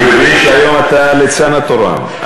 גפני, אני מבין שהיום אתה הליצן התורן.